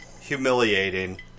humiliating